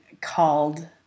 called